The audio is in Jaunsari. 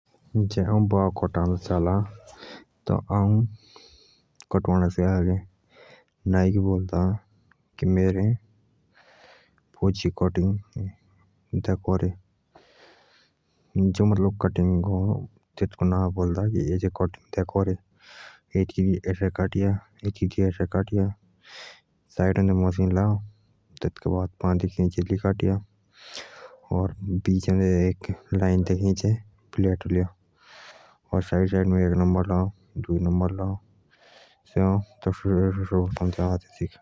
जे आऊ बालु कटाअन्दा जाला त हाऊ नाईक आगे ऐसोउ बोलदा कि मेरे फोजी कटिंग दे करे तेसिक बोलदा ऐसे ऐसे दे काटे साइडादे मशीन लाअ उगली ऐसे काटीया साइडादे एक नम्बर लाअ और एक कट दे लाएं बिचन्दा।